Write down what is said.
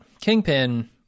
Kingpin